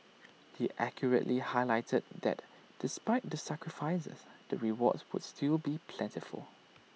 he accurately highlighted that despite the sacrifices the rewards would still be plentiful